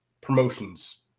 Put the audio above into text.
promotions